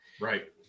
right